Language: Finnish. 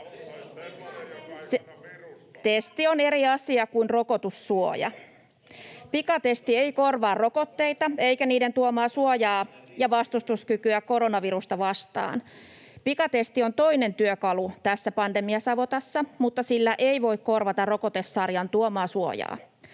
ryhmästä: Ei ole!] Pikatesti ei korvaa rokotteita eikä niiden tuomaa suojaa ja vastustuskykyä koronavirusta vastaan. Pikatesti on toinen työkalu tässä pandemiasavotassa, mutta sillä ei voi korvata rokotesarjan tuomaa suojaa.